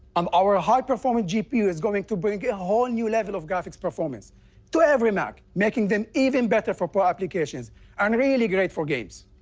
um our high-performance gpu is going to bring a whole new level of graphics performance to every mac, making them even better for pro applications and really great for games.